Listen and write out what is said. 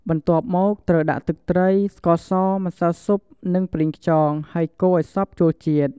បន្ទាប់មកត្រូវដាក់ទឹកត្រី ស្ករស ម្សៅស៊ុប និងប្រេងខ្យង ហើយកូរឱ្យសព្វចូលជាតិ។